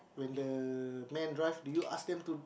when the man drive did you ask them to